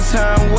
time